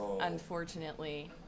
unfortunately